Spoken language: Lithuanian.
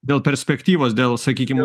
dėl perspektyvos dėl sakykim